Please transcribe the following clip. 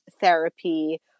therapy